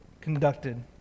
conducted